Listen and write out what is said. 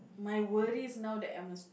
my worries now that I'm a